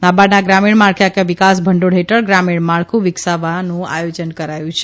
નાબાર્ડના ગ્રામીણ માળખાકીય વિકાસ ભંડોળ હેઠળ ગ્રામીણ માળખું વિકસાવવા આયોજન કરાયું છે